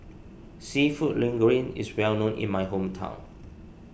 Seafood Linguine is well known in my hometown